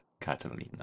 Catalina